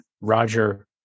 Roger